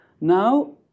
Now